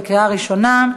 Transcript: בקריאה ראשונה.